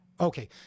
Okay